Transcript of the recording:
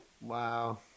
Wow